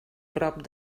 prop